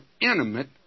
intimate